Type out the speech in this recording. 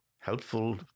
helpful